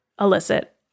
illicit